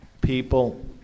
People